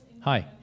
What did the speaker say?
Hi